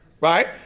right